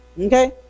Okay